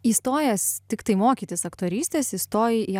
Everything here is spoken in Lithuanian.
įstojęs tiktai mokytis aktorystės įstojai į